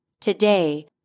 Today